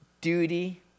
duty